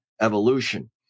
evolution